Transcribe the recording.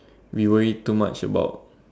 we worry too much about